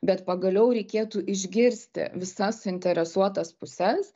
bet pagaliau reikėtų išgirsti visas suinteresuotas puses